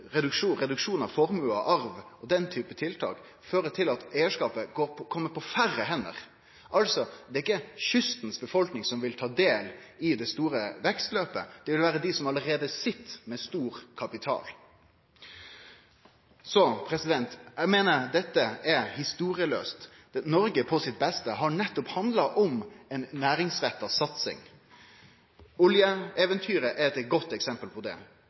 reduksjon av formue og arv, og den type tiltak, fører til at eigarskapet kjem på færre hender. Det er ikkje befolkninga langs kysten som vil ta del i det store vekstløpet, det vil vere dei som allereie sit med stor kapital. Eg meiner dette er historielaust. Noreg på sitt beste har nettopp handla om ei næringsretta satsing. Oljeeventyret er eit godt eksempel på det.